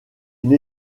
une